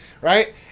right